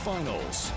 Finals